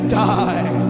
die